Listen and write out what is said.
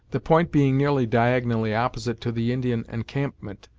the point being nearly diagonally opposite to the indian encampment,